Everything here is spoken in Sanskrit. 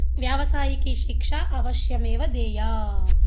व्यावसायिकी शिक्षा अवश्यमेव देया